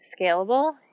scalable